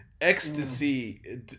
ecstasy